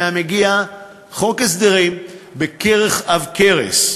היה מגיע חוק הסדרים בכרך עב כרס.